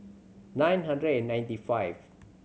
nine hundred and ninety five